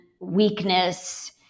weakness